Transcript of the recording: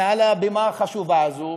מעל הבימה החשובה הזאת,